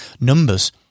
numbers